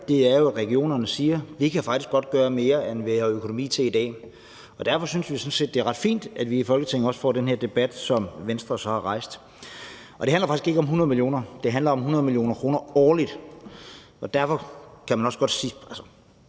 – er jo, at regionerne siger, at de faktisk godt kan gøre mere, end de har økonomi til i dag. Og derfor syntes vi sådan set, at det er ret fint, at vi i Folketinget også får den her debat, som Venstre så har rejst. Det handler faktisk ikke om 100 mio. kr. – det handler om 100 mio. kr. årligt – og derfor kan jeg også sige